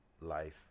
life